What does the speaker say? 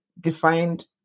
defined